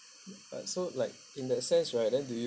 uh so like in that sense right then do you